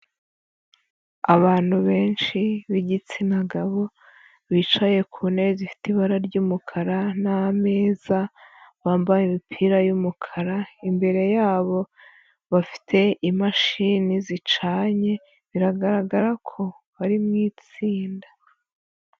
Abantu benshi b'igitsina gabo, bicaye ku ntebe zifite ibara ry'umukara n'ameza, bambaye imipira y'umukara, imbere y'abo bafite imashini zicanye, biragaragara ko bari mu itsinda.